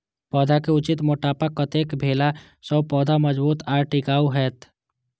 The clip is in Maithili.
पौधा के उचित मोटापा कतेक भेला सौं पौधा मजबूत आर टिकाऊ हाएत?